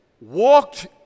walked